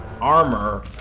armor